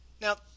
now